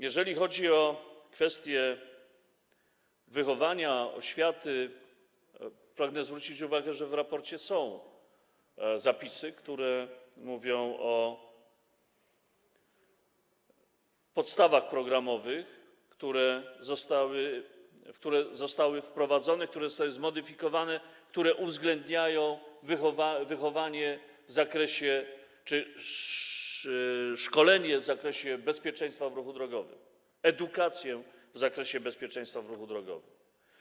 Jeżeli chodzi o kwestię wychowania, oświaty, to pragnę zwrócić uwagę, że w raporcie są zapisy, które mówią o podstawach programowych, które zostały wprowadzone, zostały zmodyfikowane, które uwzględniają wychowanie czy szkolenie w zakresie bezpieczeństwa w ruchu drogowym, edukację w zakresie bezpieczeństwa w ruchu drogowym.